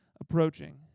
approaching